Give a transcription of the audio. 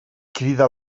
crida